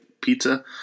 pizza